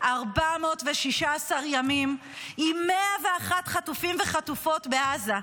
416 ימים עם 101 חטופים וחטופות בעזה,